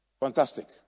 fantastic